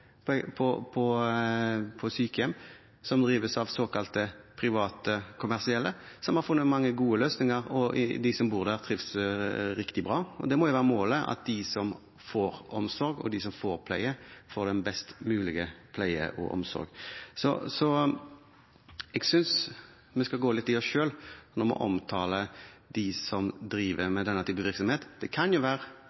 på sykehjem som drives av såkalte private kommersielle, som har funnet mange gode løsninger, og de som bor der, trives riktig bra. Det må jo være målet, at de som får omsorg og pleie, får den best mulige pleie og omsorg. Jeg synes vi skal gå litt i oss selv når vi omtaler dem som driver